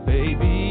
Baby